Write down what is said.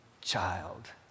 child